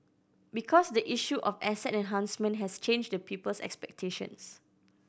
because the issue of asset enhancement has changed the people's expectations